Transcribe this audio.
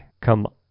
come